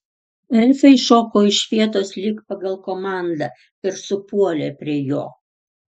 elfai šoko iš vietos lyg pagal komandą ir supuolė prie jo